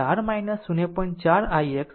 4 ix પછી ix માટે ઉકેલો